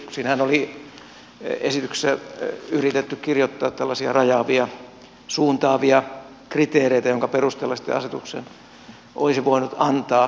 siinähän oli esitykseen yritetty kirjoittaa tällaisia rajaavia suuntaavia kriteereitä joiden perusteella sitten asetuksen olisi voinut antaa